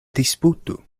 disputu